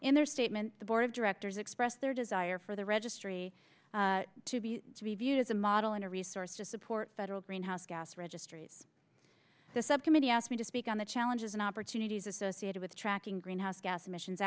in their statement the board of directors expressed their desire for the registry to be to be viewed as a model and a resource just support federal greenhouse gas registries the subcommittee asked me to speak on the challenges and opportunities associated with tracking greenhouse gas emissions